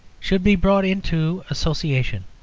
should be brought into association.